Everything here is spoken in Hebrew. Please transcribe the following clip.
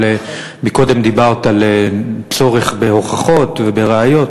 אבל קודם דיברת על הצורך בהוכחות ובראיות,